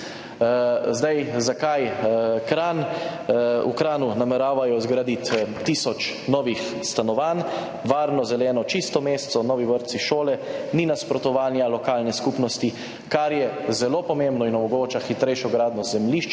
Zakaj Kranj? V Kranju nameravajo zgraditi tisoč novih stanovanj, varno, zeleno, čisto mesto, novi vrtci, šole, ni nasprotovanja lokalne skupnosti, kar je zelo pomembno in omogoča hitrejšo gradnjo, zemljišča